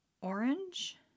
orange